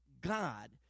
God